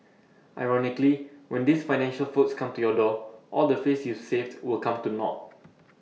ironically when these financial folks come to your door all the face you've saved will come to naught